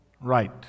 Right